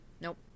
Nope